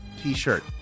T-shirt